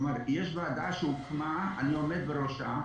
כלומר, יש ועדה שהוקמה, ואני עומד בראשה,